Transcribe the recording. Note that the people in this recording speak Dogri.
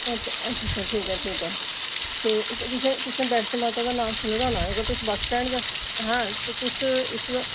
अच्छा अच्छा ठीक ऐ ठीक ऐ ते ते तुसें वैश्णो माता दा नांऽ सुने दा होना अगर तुस बस स्टैंड के हैं ते तुस